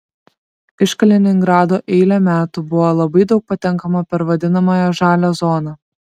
iš kaliningrado eilę metų buvo labai daug patenkama per vadinamąją žalią zoną